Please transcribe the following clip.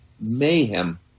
mayhem